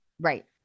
Right